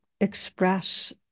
express